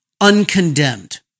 uncondemned